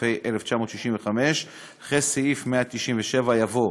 התשכ"ה 1965, אחרי סעיף 197 יבוא: